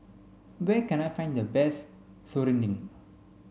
where can I find the best Serunding